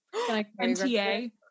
MTA